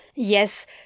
Yes